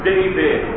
David